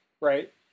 right